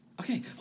okay